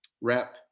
rep